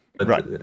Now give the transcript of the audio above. Right